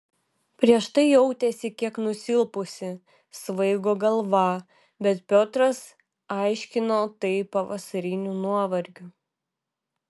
prieš tai jautėsi kiek nusilpusi svaigo galva bet piotras aiškino tai pavasariniu nuovargiu